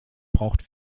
braucht